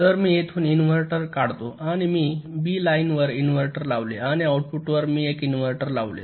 तर मी येथून इनव्हर्टर काढतो आणि मी बी लाइन वर इन्व्हर्टर लावले आणि आऊटपुट वर मी एक इन्व्हर्टर लावले